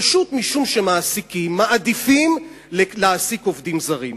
פשוט משום שמעסיקים מעדיפים להעסיק עובדים זרים.